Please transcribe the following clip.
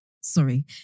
Sorry